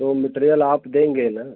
तो मटेरियल आप देंगे न